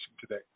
today